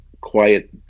quiet